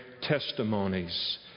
testimonies